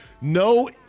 no